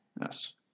Yes